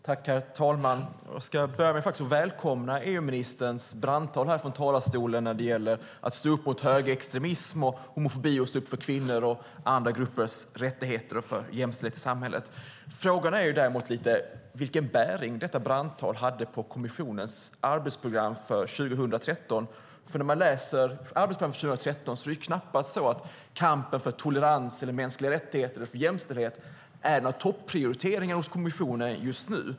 Herr talman! Jag vill börja med att välkomna EU-ministerns brandtal från talarstolen om att stå upp mot högerextremism och homofobi, stödja kvinnors och andra gruppers rättigheter och stå upp för jämställdhet i samhället. Frågan är dock vilken bäring detta brandtal hade på kommissionens arbetsprogram för 2013. När man läser arbetsprogrammet för 2013 ser man att kampen för tolerans, mänskliga rättigheter och jämställdhet knappast är en topprioritering för kommissionen.